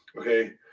Okay